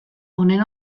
honen